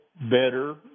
better